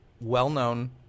well-known